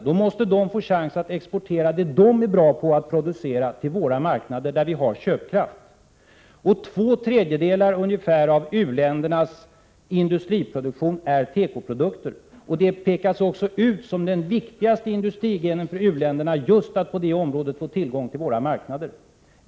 Då måste u-länderna få chans att exportera vad de är bra på att producera till våra marknader, där vi har köpkraft. Ungefär två tredjedelar av u-ländernas industriproduktion är tekoprodukter, och teko pekas också ut som den viktigaste industrigrenen för u-länderna när det gäller att få tillgång till våra marknader.